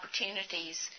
opportunities